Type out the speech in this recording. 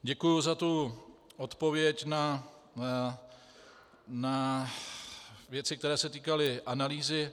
Děkuji za odpověď na věci, které se týkaly analýzy.